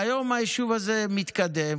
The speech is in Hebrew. והיום היישוב הזה מתקדם.